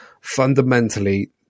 fundamentally